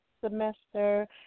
semester